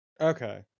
Okay